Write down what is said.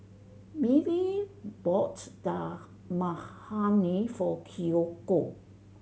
Mindy bought Dal Makhani for Kiyoko